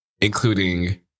including